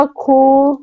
cool